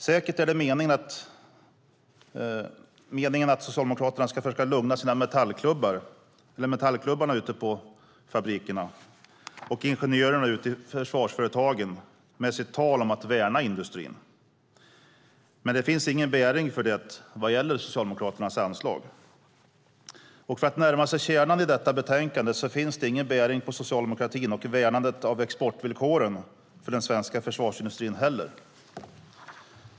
Det är säkert meningen att Socialdemokraterna ska försöka lugna sina metallklubbar ute på fabrikerna och ingenjörerna ute i försvarsföretagen med sitt tal om att värna industrin, men det finns ingen bäring för det i Socialdemokraternas anslag. För att närma sig kärnan i detta betänkande så vill jag säga att det inte finns någon bäring på socialdemokratin och värnandet av exportvillkoren för den svenska försvarsindustrin heller.